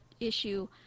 issue